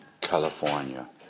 California